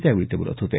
त्यावेळी ते बोलत होते